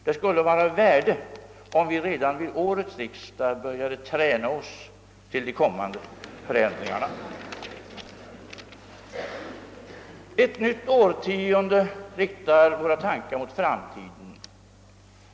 Det skulle vara av värde om vi redan vid årets riksdag började träna oss för de kommande förändringarna. Ett nytt årtionde riktar våra tankar mot framtiden.